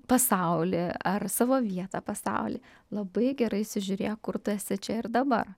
pasaulį ar savo vietą pasaulyje labai gerai įsižiūrėk kur tu esi čia ir dabar